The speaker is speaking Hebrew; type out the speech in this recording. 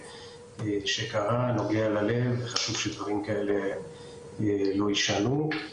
שקרה ונוגע ללב וחשוב שמקרים כאלה לא ישנו.